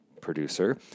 producer